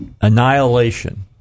Annihilation